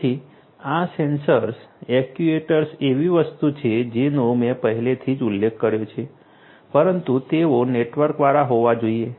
તેથી આ sensors actuators એવી વસ્તુ છે જેનો મેં પહેલાથી જ ઉલ્લેખ કર્યો છે પરંતુ તેઓ નેટવર્કવાળા હોવા જોઈએ